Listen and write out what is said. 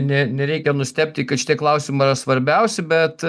ne nereikia nustebti kad šitie klausimai yra svarbiausi bet